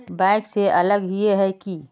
Bank से अलग हिये है की?